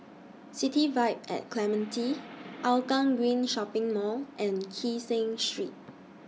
City Vibe At Clementi Hougang Green Shopping Mall and Kee Seng Street